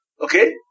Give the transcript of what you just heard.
okay